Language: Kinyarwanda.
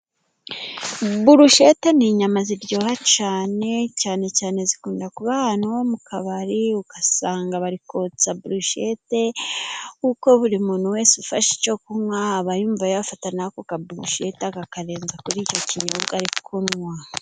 Burushete ni inyama ziryoha cyane cyane zikunda kuba ahantu mu kabari, ugasanga bari kotsa burushete, kuko buri muntu wese ufashe icyo kunywa, aba yumva yafata n'ako kaburushete akakarenza kuri icyo kinyobwa ari kunywa.